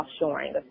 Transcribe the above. offshoring